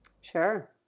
sure